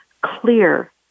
clear